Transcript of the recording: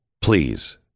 please